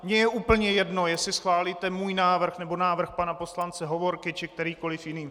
Mně je úplně jedno, jestli schválíte můj návrh nebo návrh pana poslance Hovorky či kterýkoli jiný.